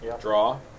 draw